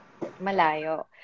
Malayo